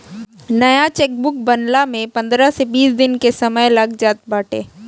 नया चेकबुक बनला में पंद्रह से बीस दिन के समय लाग जात बाटे